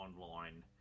online